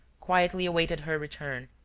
quietly awaited her return,